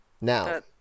Now